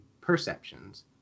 perceptions